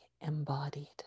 embodied